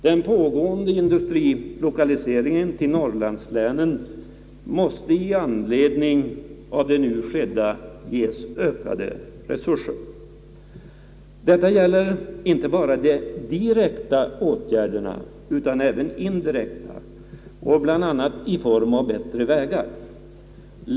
Den pågående industrilokaliseringen till norrlandslänen måste i anledning av det nu skedda ges ökade resurser. Detta gäller inte bara de direkta åtgärderna utan även indirekta, bl.a. i form av bättre vägar.